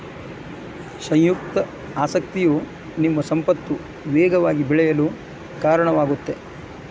ಸಂಯುಕ್ತ ಆಸಕ್ತಿಯು ನಿಮ್ಮ ಸಂಪತ್ತು ವೇಗವಾಗಿ ಬೆಳೆಯಲು ಕಾರಣವಾಗುತ್ತದೆ